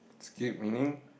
skip meaning